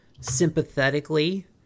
sympathetically